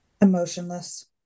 Emotionless